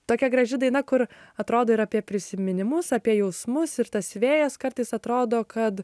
tokia graži daina kur atrodo ir apie prisiminimus apie jausmus ir tas vėjas kartais atrodo kad